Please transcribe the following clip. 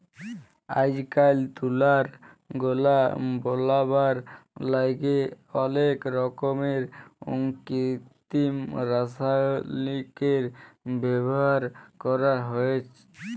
আইজকাইল তুলার গলা বলাবার ল্যাইগে অলেক রকমের কিত্তিম রাসায়লিকের ব্যাভার ক্যরা হ্যঁয়ে থ্যাকে